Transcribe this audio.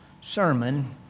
sermon